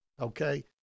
okay